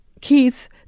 Keith